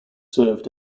served